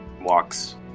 Walks